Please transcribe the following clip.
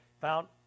found